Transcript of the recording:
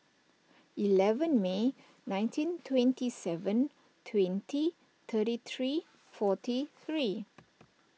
eleven May nineteen twenty seven twenty thirty three forty three